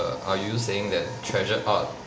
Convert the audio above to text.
err are you saying that treasure art